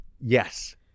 Yes